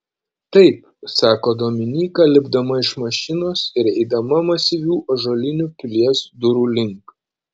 taip sako dominyka lipdama iš mašinos ir eidama masyvių ąžuolinių pilies durų link